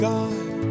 God